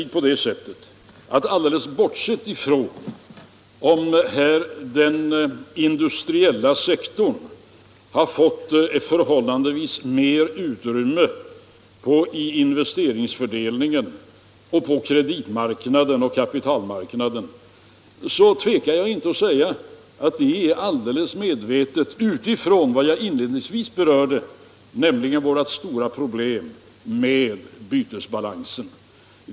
Den industriella sektorn har fått ett förhållandevis större utrymme i investeringsfördelningen och på kreditmarknaden och kapitalmarknaden; men jag tverkar inte att säga att det har skett alldeles medvetet utifrån vad jag inledningsvis berörde, nämligen vårt stora problem med bytesbalansen.